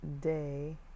day